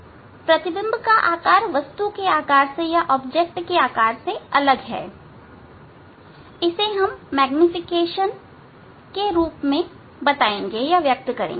और प्रतिबिंब का आकार वस्तु के आकार से अलग है इसे हम मैग्नीफिकेशन के रूप में व्यक्त करेंगे